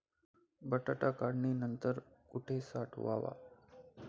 बटाटा काढणी नंतर कुठे साठवावा?